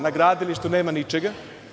Na gradilištu nema ničega.